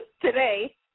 today